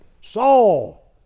Saul